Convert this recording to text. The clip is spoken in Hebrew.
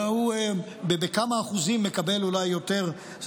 אלא הוא מקבל אולי בכמה אחוזים יותר,